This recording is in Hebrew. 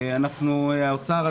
האוצר,